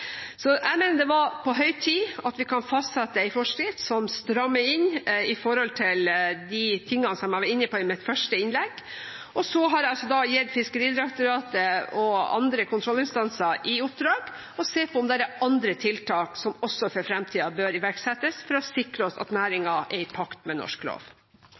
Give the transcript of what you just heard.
så har jeg gitt Fiskeridirektoratet og andre kontrollinstanser i oppdrag å se på om det også er andre tiltak som for fremtiden bør iverksettes for å sikre oss at næringen er i pakt med norsk lov.